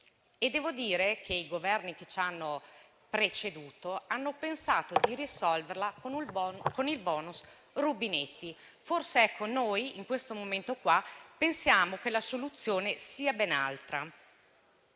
Devo dire che i Governi che ci hanno preceduto hanno pensato di risolverla con il cosiddetto *bonus* rubinetti. Noi, in questo momento, pensiamo che la soluzione sia ben altra.